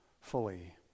fully